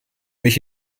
mich